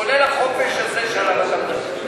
כולל החופש הזה של החת"ם סופר.